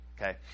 okay